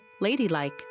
Ladylike